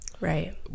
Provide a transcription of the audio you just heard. Right